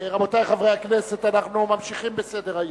אנחנו ממשיכים בסדר-היום.